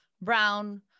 Brown